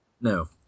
No